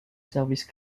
service